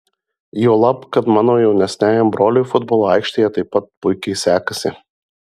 juolab kad mano jaunesniajam broliui futbolo aikštėje taip pat puikiai sekasi